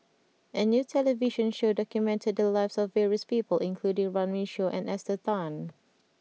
a new television show documented the lives of various people including Runme Shaw and Esther Tan